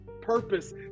Purpose